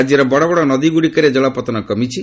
ରାଜ୍ୟର ବଡ଼ବଡ଼ ନଦୀଗୁଡ଼ିକରେ ଜଳପତନ କମିଛି